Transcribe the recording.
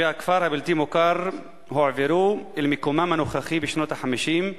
תושבי הכפר הבלתי-מוכר הועברו למיקומם הנוכחי בשנות ה-50,